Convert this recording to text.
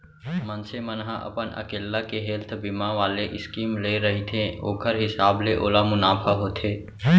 मनसे मन ह अपन अकेल्ला के हेल्थ बीमा वाले स्कीम ले रहिथे ओखर हिसाब ले ओला मुनाफा होथे